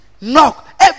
Knock